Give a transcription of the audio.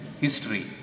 history